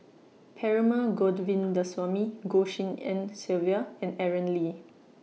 Perumal Govindaswamy Goh Tshin En Sylvia and Aaron Lee